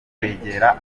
kwegera